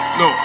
no